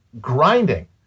grinding